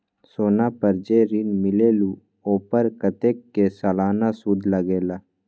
सोना पर जे ऋन मिलेलु ओपर कतेक के सालाना सुद लगेल?